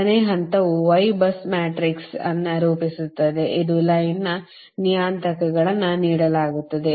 ಎರಡನೇ ಹಂತವು Y bus matrix ಅನ್ನು ರೂಪಿಸುತ್ತದೆ ಅದು ಲೈನ್ನ ನಿಯತಾಂಕಗಳನ್ನು ನೀಡಲಾಗುತ್ತದೆ